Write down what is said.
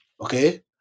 Okay